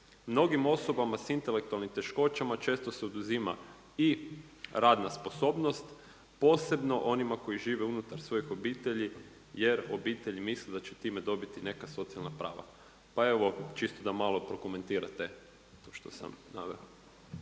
Mnogim osobama sa intelektualnim teškoćama često se oduzima i radna sposobnost posebno onima koji žive unutar svojih obitelji jer obitelji misle da će time dobiti neka socijalna prava. Pa evo čisto da malo prokomentirati to što sam naveo.